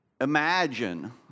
imagine